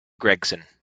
gregson